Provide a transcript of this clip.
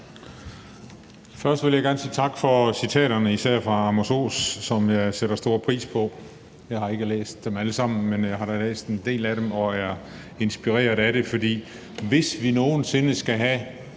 Først vil jeg gerne sige tak for citaterne, især fra Amos Oz, som jeg sætter stor pris på. Jeg har ikke læst dem alle sammen, men jeg har da læst en del af dem og er inspireret af det i forhold til nogen sinde at skulle have